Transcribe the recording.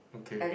okay